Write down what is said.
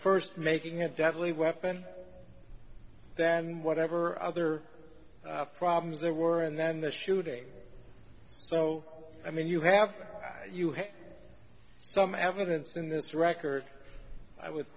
first making a deadly weapon then whatever other problems there were and then the shooting so i mean you have you have some evidence in this record i would